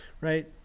right